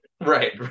right